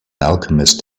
alchemist